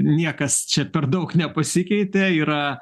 niekas čia per daug nepasikeitė yra